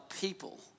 people